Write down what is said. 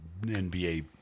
nba